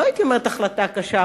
לא הייתי אומרת החלטה קשה,